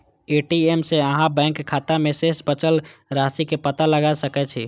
ATM सं अहां bank खाता मे शेष बचल राशिक पता लगा सकै छी